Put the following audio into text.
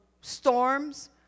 storms